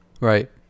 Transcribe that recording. Right